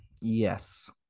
Yes